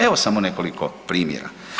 Evo samo nekoliko primjera.